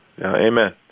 amen